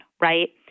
right